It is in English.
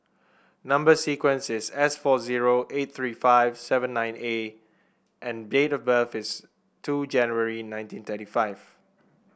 number sequence is S four zero eight three five seven nine A and date of birth is two January nineteen thirty five